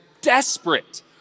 desperate